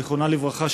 זיכרונה לברכה,